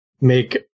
make